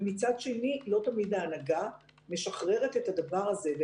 מצד שני לא תמיד ההנהגה משחררת את הדבר הזה.